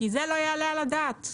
זה לא יעלה על הדעת.